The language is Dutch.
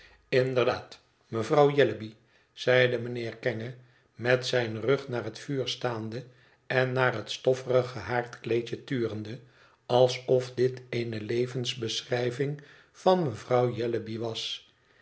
inderdaad mevrouw jellyby zeide mijnheer kenge met zijn rug naar het vuur staande en naar het stofferige haardkleedje turende alsof dit eene levensbeschrijving van mevrouw jellyby was